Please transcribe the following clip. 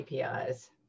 APIs